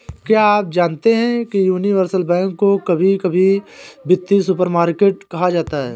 क्या आप जानते है यूनिवर्सल बैंक को कभी कभी वित्तीय सुपरमार्केट कहा जाता है?